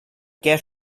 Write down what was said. get